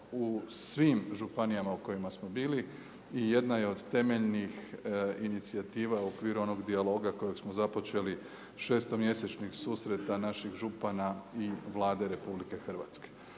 u svim županijama u kojim smo bili. I jedna je od temeljnih inicijativa u okviru kojeg smo započeli šesto mjesečnim susreta naših župana i Vlade Republike Hrvatske.